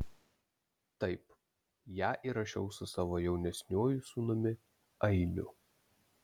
taip ją įrašiau su savo jaunesniuoju sūnumi ainiu